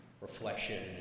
reflection